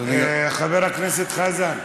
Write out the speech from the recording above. חבר הכנסת חזן,